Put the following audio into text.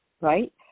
right